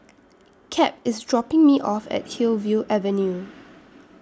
Cap IS dropping Me off At Hillview Avenue